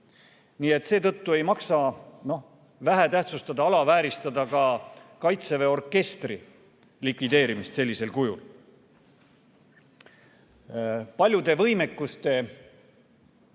roll. Seetõttu ei maksa vähetähtsustada ega alavääristada ka Kaitseväe orkestri likvideerimist sellisel kujul. Paljude võimekuste